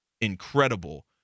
incredible